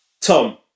Tom